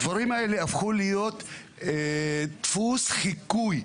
הדברים האלה הפכו להיות דפוס חיקוי,